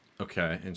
okay